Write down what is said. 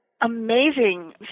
amazing